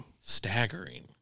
Staggering